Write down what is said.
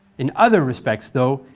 in other respects though,